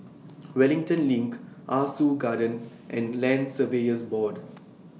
Wellington LINK Ah Soo Garden and Land Surveyors Board